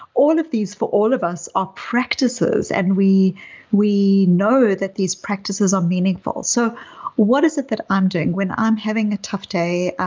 all of these for all of us are practices, and we we know that these practices are um meaningful. so what is it that i'm doing when i'm having a tough day?